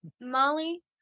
Molly